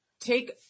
take